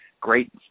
great